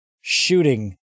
shooting